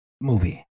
movie